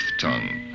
tongue